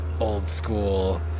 old-school